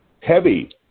heavy